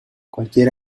cualquier